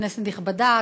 כנסת נכבדה,